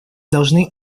должны